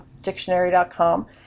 dictionary.com